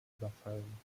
überfallen